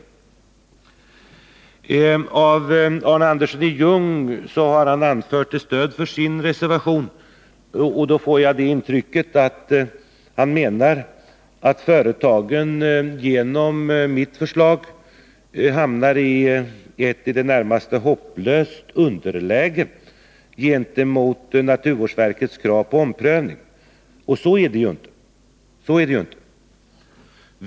Av det som Arne Andersson i Ljung anfört till stöd för sin reservation får jag det intrycket att han menar att företagen genom mitt förslag hamnat i ett i det närmaste hopplöst underläge gentemot naturvårdsverkets krav på omprövning. Så är det dock inte.